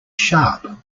sharp